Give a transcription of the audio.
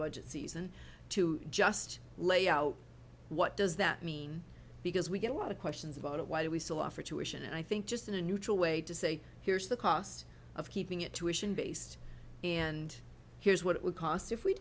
budget season to just lay out what does that mean because we get a lot of questions about why do we saw for tuition and i think just in a neutral way to say here's the cost of keeping it to ition based and here's what it would cost if we